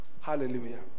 Hallelujah